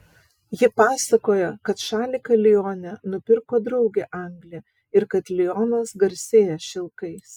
ji pasakoja kad šaliką lione nupirko draugė anglė ir kad lionas garsėja šilkais